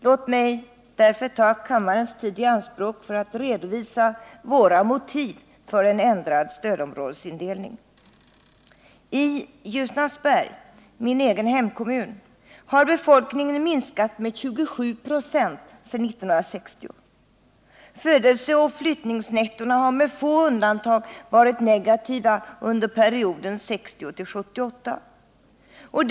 Låt mig därför ta kammarens tid i anspråk för att redovisa våra motiv för en ändrad stödområdesindelning. I Ljusnarsberg, min egen hemkommun, har befolkningen minskat med 27 26 sedan 1960. Födelseoch flyttningsnettona har med få undantag varit negativa under perioden 1960-1978.